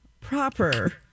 proper